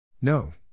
No